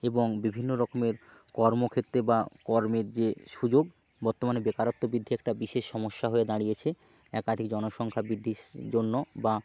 এবং বিভিন্ন রকমের কর্মক্ষেত্রে বা কর্মের যে সুযোগ বর্তমানে বেকারত্ব বৃদ্ধি একটা বিশেষ সমস্যা হয়ে দাঁড়িয়েছে একাধিক জনসংখ্যা বৃদ্ধির জন্য বা